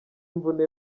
imvune